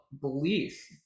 belief